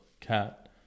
Cat